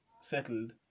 settled